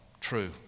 true